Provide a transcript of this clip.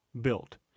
built